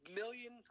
million